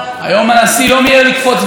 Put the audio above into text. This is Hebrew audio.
שעד היום לא יודעים מי עשה אותו.